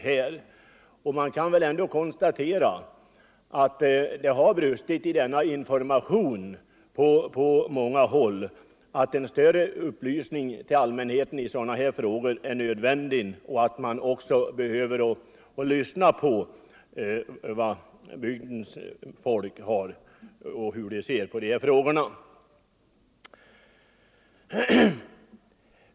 103 Man kan konstatera att det har brustit i informationen på många håll och att en bättre upplysning till allmänheten i dessa frågor är nödvändig liksom också att bygdens folk bör få komma till tals i dessa frågor.